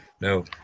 No